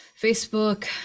Facebook